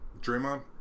Draymond